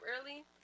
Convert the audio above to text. early